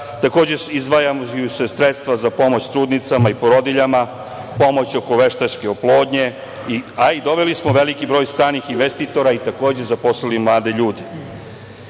Takođe, izdvajaju se sredstva za pomoć trudnicama i porodiljama, pomoć oko veštačke oplodnje, a doveli smo i veliki broj stranih investitora i takođe zaposlili mlade ljude. Otuda